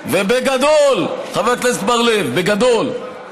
ובגדול, חבר הכנסת בר-לב, בגדול.